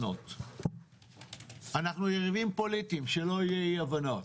אנחנו יריבים פוליטיים, שלא יהיו אי הבנות